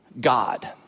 God